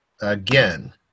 Again